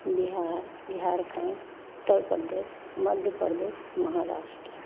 Bihar Jharkhand Uttar Pradesh Madhya Pradesh Maharashtra